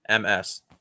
MS